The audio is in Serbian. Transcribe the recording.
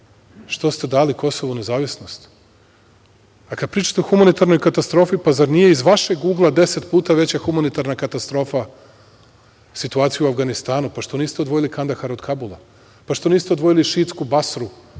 Što ste dali Kosovu nezavisnost?A, kada pričate o humanitarnoj katastrofi, pa zar nije iz vašeg ugla deset puta veća humanitarna katastrofa situacija u Avganistanu? Pa što niste odvojili Kandahar od Kabula? Što niste odvojili šiitsku Basru